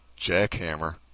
jackhammer